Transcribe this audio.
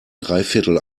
dreiviertel